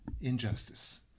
injustice